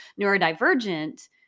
neurodivergent